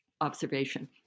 observation